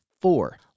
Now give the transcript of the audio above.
four